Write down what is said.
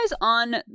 on